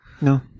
No